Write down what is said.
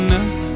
up